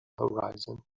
horizon